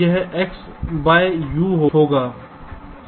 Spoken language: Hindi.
यह XU होगा